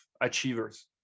achievers